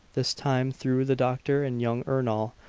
this time through the doctor and young ernol,